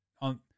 on